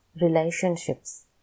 relationships